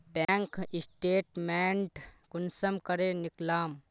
Bank statement कुंसम करे निकलाम?